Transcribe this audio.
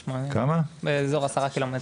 בערך 10 קילומטר.